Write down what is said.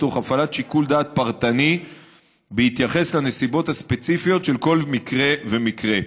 תוך הפעלת שיקול דעת פרטני בהתייחס לנסיבות הספציפיות של כל מקרה ומקרה.